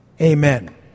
Amen